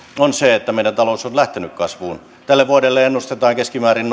on se että meidän talous on lähtenyt kasvuun tälle vuodelle ennustetaan keskimäärin